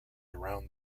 around